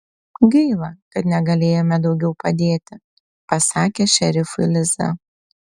gaila kad negalėjome daugiau padėti pasakė šerifui liza